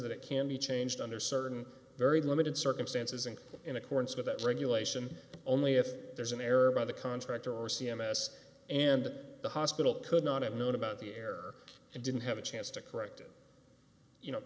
that it can be changed under certain very limited circumstances and in accordance with that regulation only if there's an error by the contractor or c m s and the hospital could not have known about the air and didn't have a chance to correct it you know